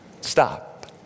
Stop